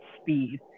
speed